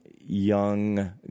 young